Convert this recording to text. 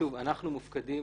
אנחנו מופקדים